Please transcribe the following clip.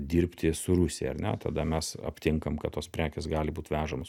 dirbti su rusija ar ne o tada mes aptinkam kad tos prekės gali būt vežamos